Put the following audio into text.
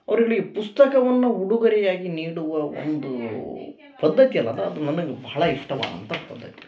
ಅವ್ರುಗಳಿಗೆ ಪುಸ್ತಕವನ್ನು ಉಡುಗೊರೆಯಾಗಿ ನೀಡುವ ಒಂದು ಪದ್ಧತಿ ಏನದ ಅದು ನನಗೆ ಬಹಳ ಇಷ್ಟವಾದಂಥ ಪದ್ಧತಿ